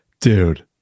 dude